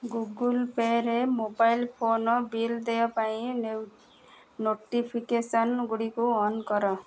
Google ପେରେ mobile phone bill ଦେୟ ପାଇଁ ନୋଟିଫିକେସନ୍ ଗୁଡ଼ିକୁ ଅନ୍ କର